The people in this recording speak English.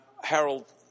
Harold